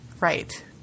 Right